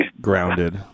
grounded